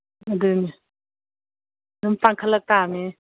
ꯑꯗꯨꯅꯤ ꯑꯗꯨꯝ ꯇꯥꯡꯈꯠꯂꯛ ꯇꯥꯃꯤ